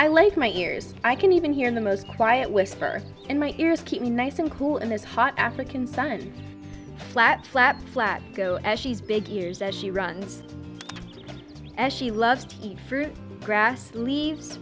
i like my ears i can even hear in the most quiet whisper in my ears keep me nice and cool in this hot african sun flat flat flat go as she's big years as she runs as she loves to eat fruit grass leaves